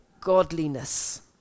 godliness